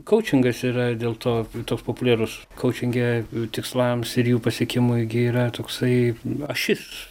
kaučingas yra dėl to toks populiarus kaučinge tikslams ir jų pasiekimui gi yra toksai ašis